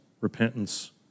repentance